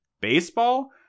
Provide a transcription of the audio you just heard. Baseball